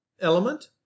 element